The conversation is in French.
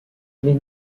mais